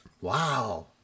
Wow